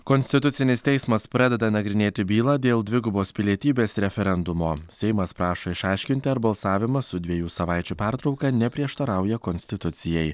konstitucinis teismas pradeda nagrinėti bylą dėl dvigubos pilietybės referendumo seimas prašo išaiškinti ar balsavimas su dviejų savaičių pertrauka neprieštarauja konstitucijai